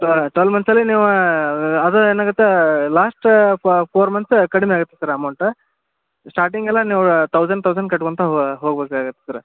ಟ್ವ twelve ಮಂತ್ಸಲ್ಲಿ ನೀವು ಅದು ಏನಾಗುತ್ತೆ ಲಾಸ್ಟ್ ಪೋರ್ ಮಂತ್ಸ್ ಕಡಿಮೆ ಆಗುತ್ತೆ ಸರ್ ಅಮೌಂಟ್ ಸ್ಟಾರ್ಟಿಂಗೆಲ್ಲ ನೀವು ತೌಸನ್ ತೌಸನ್ ಕಟ್ಕೊತ ಹೋಗ್ಬೇಕಾಗತ್ತೆ ಸರ